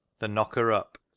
the knocker-up